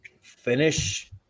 finish